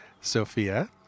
Sophia